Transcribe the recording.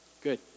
Good